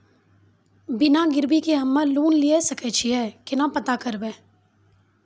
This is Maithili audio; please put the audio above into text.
बिना गिरवी के हम्मय लोन लिये सके छियै केना पता करबै?